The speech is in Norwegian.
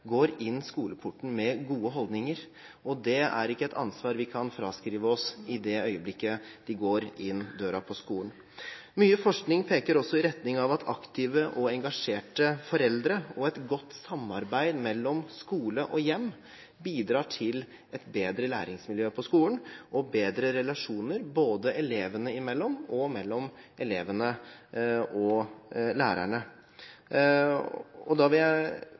går inn skoleporten med gode holdninger. Det er ikke et ansvar vi kan fraskrive oss i det øyeblikket de går inn døren til skolen. Mye forskning peker også i retning av at aktive og engasjerte foreldre og et godt samarbeid mellom skole og hjem bidrar til et bedre læringsmiljø på skolen og bedre relasjoner både elevene imellom og mellom elevene og lærerne. Da vil jeg